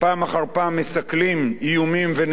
מסכלים איומים וניסיונות פיגועים,